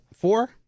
Four